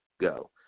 Go